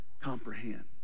comprehend